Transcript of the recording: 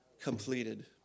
completed